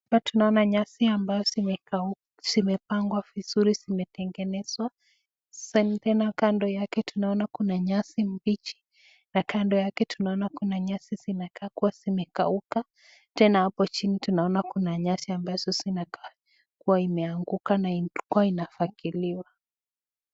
Hapa tunaona nyasi ambazo zimekauka zimepangwa vizuri, zimetengenezwa, kando yake tunaona kuna nyasi mbichi na kando yake tunaona kuna nyasi zimekaa kuwa zimekauka tena hapo chini tunaona kuna nyasi ambazo zinakaa kuwa zimeanguka na ilikuwa imefagiliwa.